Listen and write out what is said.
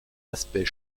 aspect